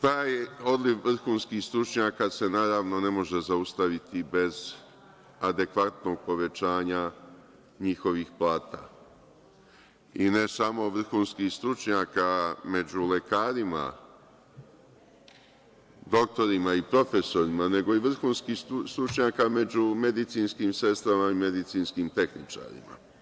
Taj odliv vrhunskih stručnjaka se naravno, ne može zaustaviti bez adekvatnog povećanja njihovih plata, i ne samo vrhunskih stručnjaka među lekarima, doktorima i profesorima, nego i vrhunskih stručnjaka među medicinskim sestrama i medicinskim tehničarima.